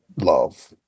Love